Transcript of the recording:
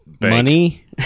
money